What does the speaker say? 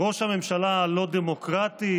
ראש הממשלה הלא-דמוקרטי?